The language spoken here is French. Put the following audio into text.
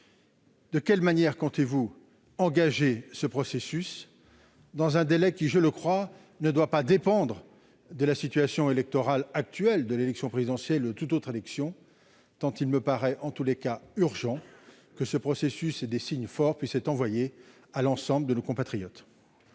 de quelle manière comptez-vous engager ce processus, dans un délai qui, je le crois, ne doit pas dépendre de la situation électorale actuelle- l'élection présidentielle et les élections suivantes -, tant il me paraît urgent que des signes forts puissent être envoyés à l'ensemble de nos compatriotes ?